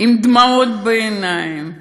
עם דמעות בעיניים: